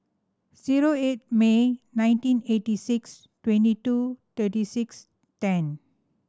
zero eight May nineteen eighty six twenty two thirty six ten